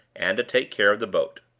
and to take care of the boat.